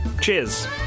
Cheers